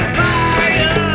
fire